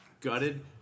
gutted